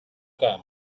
camp